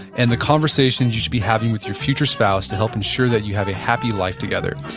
and the conversations you should be having with your future spouse to help ensure that you have a happy life together.